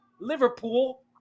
Liverpool